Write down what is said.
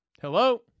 Hello